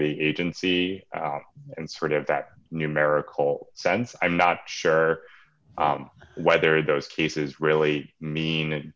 the agency and sort of that numerical sense i'm not sure whether those cases really